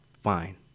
fine